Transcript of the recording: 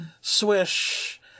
Swish